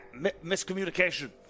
miscommunication